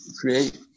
create